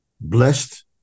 blessed